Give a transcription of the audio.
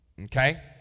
okay